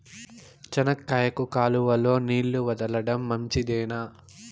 చెనక్కాయకు కాలువలో నీళ్లు వదలడం మంచిదేనా?